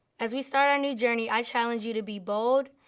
as we start our new journey, i challenge you to be bold,